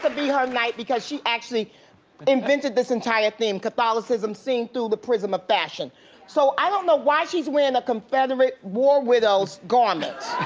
be her night because she actually invented this entire theme catholicism seeing through the prism of fashion so i don't know why she's wearing a confederate war widows garments